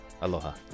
Aloha